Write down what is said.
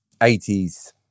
80s